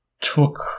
took